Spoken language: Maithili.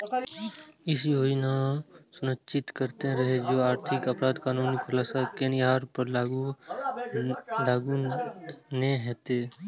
ई योजना सुनिश्चित करैत रहै जे आर्थिक अपराध कानून खुलासा केनिहार पर लागू नै हेतै